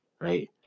right